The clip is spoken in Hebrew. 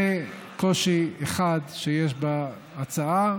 זה קושי אחד שיש בהצעה,